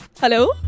Hello